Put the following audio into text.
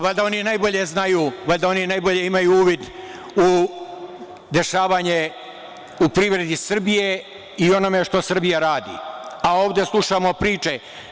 Valjda oni najbolje znaju, valjda oni najbolje imaju uvid u dešavanja u privredi Srbije i onome što Srbija radi, a ovde slušamo priče?